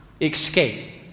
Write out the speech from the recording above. escape